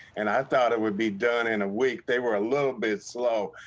and i thought it would be done in a week. they were a little bit slow,